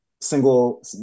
single